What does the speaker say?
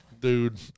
dude